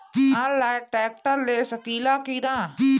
Online tractor ले सकीला कि न?